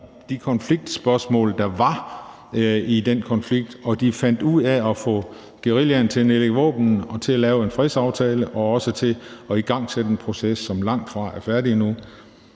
de konfliktspørgsmål, der var i den konflikt. Og de fandt ud af at få guerillaen til at nedlægge våbnene og lave en fredsaftale og også at igangsætte en proces, som langtfra er færdig endnu.